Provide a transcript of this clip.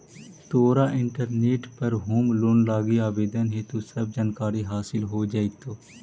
तोरा इंटरनेट पर home loan लागी आवेदन हेतु सब जानकारी हासिल हो जाएतो